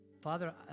Father